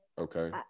Okay